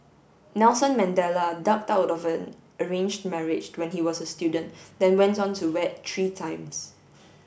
Nelson Mandela ducked out of an arranged marriage when he was a student then went on to wed three times